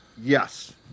Yes